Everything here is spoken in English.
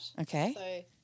Okay